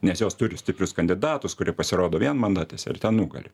nes jos turi stiprius kandidatus kurie pasirodo vienmandatėse ir ten nugali